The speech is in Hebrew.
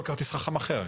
יש חברות סיניות,